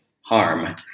harm